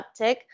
uptick